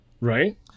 Right